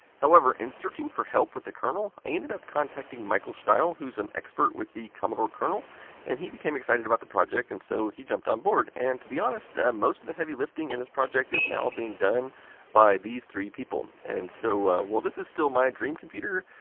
however, in searching for help with the kernal, i ended up contacting michael steil, who is an expert with the commodore kernal and he became excited about the project and so he jumped on board. and to be honest, most of the heavy lifting in this project is now being done by these three people. and so while this is still my dream computer,